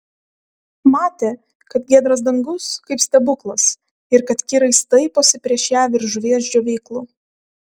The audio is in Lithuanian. matė kad giedras dangus kaip stebuklas ir kad kirai staiposi prieš ją virš žuvies džiovyklų